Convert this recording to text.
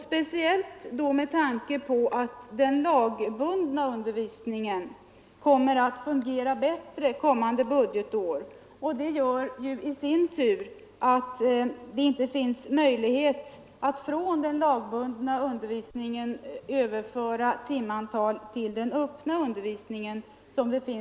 Speciellt kommer den lagbundna undervisningen att fungera bättre under nästa budgetår, vilket i sin tur medför att det inte finns möjlighet att överföra timantal från den lagbundna undervisningen till den öppna.